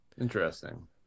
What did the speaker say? interesting